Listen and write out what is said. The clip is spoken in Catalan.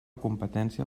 competència